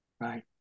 Right